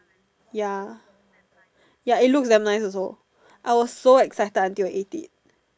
ya ya it looks damn nice also I was so excited until I ate it